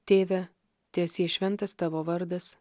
tėve teesie šventas tavo vardas